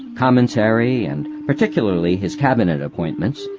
commentary, and particularly his cabinet appointments,